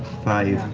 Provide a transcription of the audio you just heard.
five,